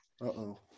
Uh-oh